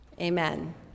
amen